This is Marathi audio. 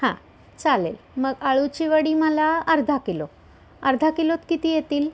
हां चालेल मग आळूची वडी मला अर्धा किलो अर्धा किलोत किती येतील